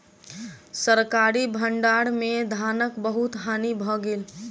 सरकारी भण्डार में धानक बहुत हानि भ गेल